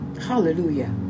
hallelujah